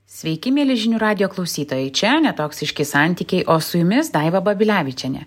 sveiki mieli žinių radijo klausytojai čia netoksiški santykiai o su jumis daiva babilevičienė